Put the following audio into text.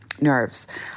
nerves